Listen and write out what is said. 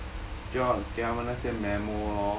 就要给他们那些 memo lor